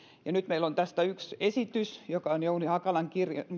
ja nyt meillä on tästä yksi esitys joka on jouni hakalan